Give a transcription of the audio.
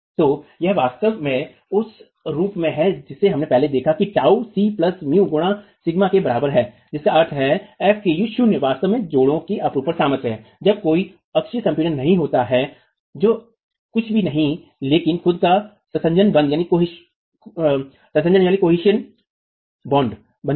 तो यह वास्तव में उस रूप में है जिसे हमने पहले देखा है कि टाऊ सी प्लस म्यू गुणा सिग्मा के बराबर है जिसका अर्थ है fvk0 शून्य वास्तव में जोड़ों की अपरूपण सामर्थ्य है जब कोई अक्षीय संपीड़न नहीं होता है जो कुछ भी नहीं है लेकिन खुद का ससंजन बंधन है